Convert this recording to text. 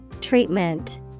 Treatment